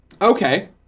Okay